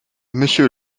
monsieur